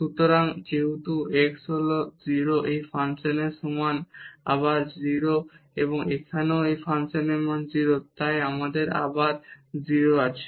সুতরাং যেহেতু x হল 0 এই ফাংশনের মান আবার 0 এবং এখানেও এই ফাংশনের মান 0 তাই আমাদের আবার 0 আছে